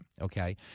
Okay